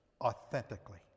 authentically